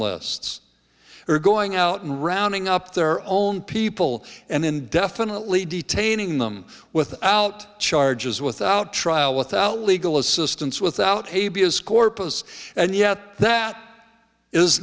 lists or going out and rounding up their own people and indefinitely detaining them without charges without trial without legal assistance without a b s corpus and yet that is